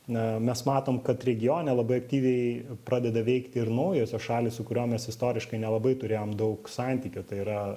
na mes matom kad regione labai aktyviai pradeda veikti ir naujosios šalys su kuriom mes istoriškai nelabai turėjom daug santykio tai yra